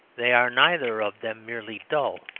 they are neither of them merely dull,